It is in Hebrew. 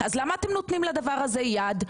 אז למה אתם נותנים לדבר הזה יד?